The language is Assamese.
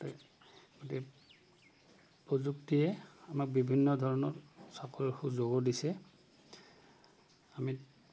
গতিকে প্ৰযুক্তিয়ে আমাক বিভিন্ন ধৰণৰ চাকৰি সুযোগো দিছে আমি